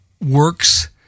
works